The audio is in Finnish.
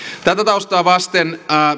tätä taustaa vasten